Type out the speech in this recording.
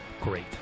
great